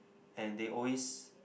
and they always